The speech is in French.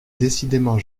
décidément